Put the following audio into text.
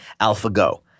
AlphaGo